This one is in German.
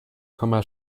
komma